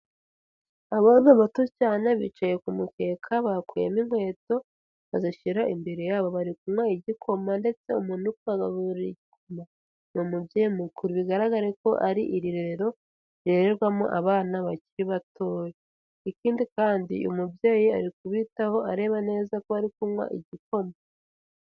Abana bato cyane bicaye ku mukeka bakuyemo inkweto, bazishyira imbere yabo. Bari kunywa igikoma ndetse umuntu uri kubagaburira igakoma ni umubyeyi mukuru. Bigaragare ko arii irerero rirererwamo abana bakiri batoya. Ikindi kandi uyu mubyeyi ari kubitaho areba neza ko bari kunywa igikoma.